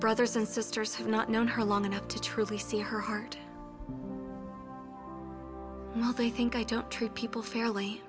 brothers and sisters have not known her long enough to truly see her heart now they think i don't treat people fairly